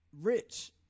rich